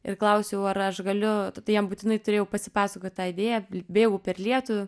ir klausiau ar aš galiu tai jam būtinai turėjau pasipasakot tą idėją bėgau per lietų